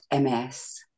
MS